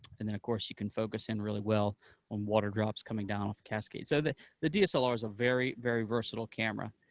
and then of course you can focus in really well on water drops coming down off the cascade. so the the dslr is a very, very versatile camera,